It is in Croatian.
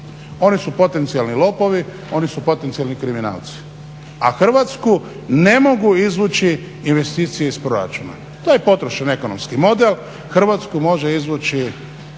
Oni su potencijalni lopovi, oni su potencijalni kriminalci, a Hrvatsku ne mogu izvući investicije iz proračuna. To je potrošan ekonomski model. Hrvatsku može izvući